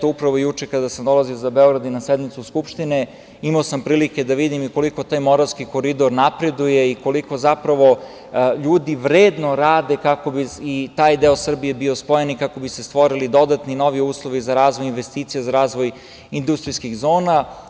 Upravo juče kada sam dolazio za Beograd i na sednicu Skupštine, imao sam prilike da vidim koliko taj Moravski koridor napreduje i koliko zapravo ljudi vredno rade kako bi i taj deo Srbije bio spojen i kako bi se stvorili dodatni novi uslovi za razvoj investicija, za razvoj industrijskih zona.